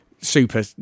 super